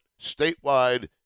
statewide